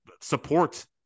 support